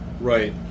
Right